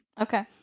Okay